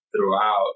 throughout